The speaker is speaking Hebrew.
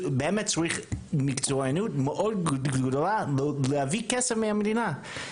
באמת צריך מקצוענות מאוד גדולה להביא כסף מהמדינה,